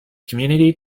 community